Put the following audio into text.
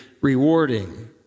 rewarding